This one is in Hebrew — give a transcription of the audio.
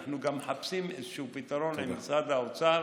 אנחנו גם מחפשים פתרון עם משרד האוצר,